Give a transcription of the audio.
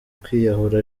kwiyahura